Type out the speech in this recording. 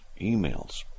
emails